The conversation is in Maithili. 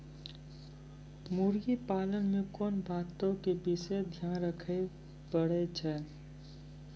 मुर्गी पालन मे कोंन बातो के विशेष ध्यान रखे पड़ै छै?